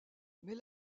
mais